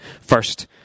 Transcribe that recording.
first